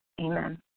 Amen